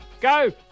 go